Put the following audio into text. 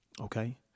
Okay